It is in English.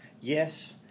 Yes